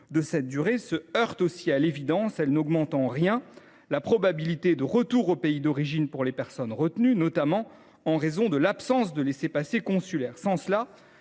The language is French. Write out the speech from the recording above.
de cette durée se heurte aussi à l’évidence. Elle n’augmenterait nullement la probabilité de retour au pays d’origine des personnes retenues, notamment en raison de l’absence de laissez passer consulaires. Sans ces